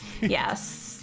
yes